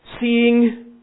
seeing